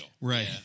Right